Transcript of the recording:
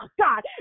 God